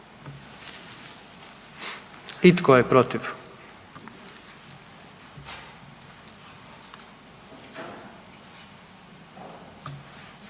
I tko je protiv?